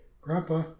Grandpa